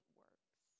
works